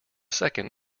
second